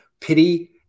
pity